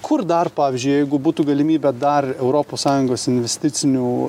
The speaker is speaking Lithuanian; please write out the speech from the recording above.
kur dar pavyzdžiui jeigu būtų galimybė dar europos sąjungos investicinių